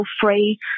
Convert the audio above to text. free